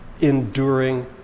enduring